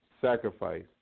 sacrifice